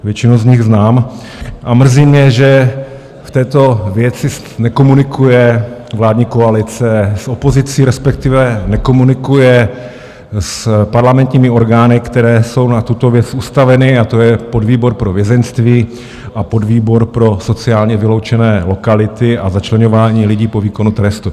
Většinu z nich znám a mrzí mě, že v této věci nekomunikuje vládní koalice s opozicí, respektive nekomunikuje s parlamentními orgány, které jsou na tuto věc ustaveny, to je podvýbor pro vězeňství a podvýbor pro sociálně vyloučené lokality a začleňování lidí po výkonu trestu.